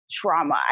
trauma